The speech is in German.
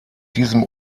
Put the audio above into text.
diesem